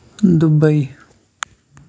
Dubai